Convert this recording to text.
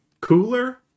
Cooler